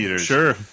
sure